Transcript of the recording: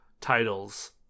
titles